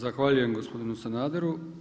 Zahvaljujem gospodinu Sanaderu.